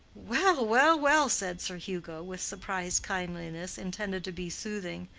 well, well, well! said sir hugo, with surprised kindliness intended to be soothing.